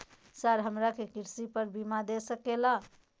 Sir हमरा के कृषि पर बीमा दे सके ला?